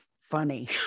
funny